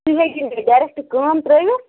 تُہۍ ہیٚکِو نہٕ ڈایریٚکٹ کٲم ترٛٲوِتھ